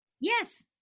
Yes